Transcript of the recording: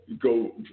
go